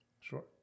Sure